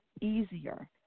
easier